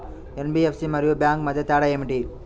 NBFC మరియు bank మధ్య తేడా ఏమిటీ?